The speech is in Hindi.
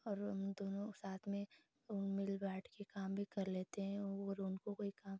और हम दोनों साथ में मिल बाँटकर काम भी कर लेते हैं और उनको कोई काम